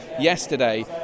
yesterday